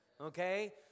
Okay